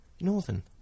Northern